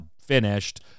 finished